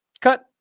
Cut